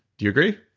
do you agree?